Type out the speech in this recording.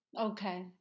Okay